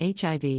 HIV